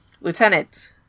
Lieutenant